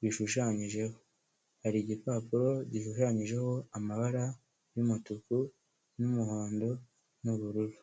bishushanyijeho, hari igipapuro gishushanyijeho amabara y'umutuku, n'umuhondo n'ubururu.